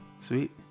sweet